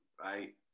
right